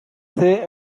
say